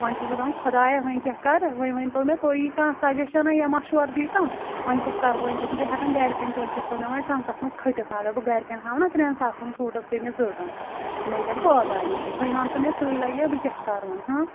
وَۄنۍ چھس بہٕ دپان خۄدایہ وۄنۍ کیاہ کَرٕ وۄنۍ ؤنتو مے تُہیی کانٛہہ سَجیٚشَن یا مَشوَر دی تہم وۄنۍ کیاہ کَرٕ بہٕ وۄنۍ چھس نہٕ بہٕ ہیٚکَن گَرکٮ۪ن تہِ وٕنِتھ سُہ تھوو وۄنۍ مےٚ ٹرٛنٛکَس منٛز کٔھٹِتھ اگر بہٕ گَرکٮ۪ن ہانہ ترٛٮ۪ن ساسَن ہِنٛدِس سوٗٹَس گٔے مےٚ زٔٹَۍ مےٚ پٮ۪ن پٲزار ییٚتہِ وِۄنۍ وَنتہٕ مےٚ ژٕے لَگیَہ بہٕ کیاہ کَرٕ وۄنۍ ہۭں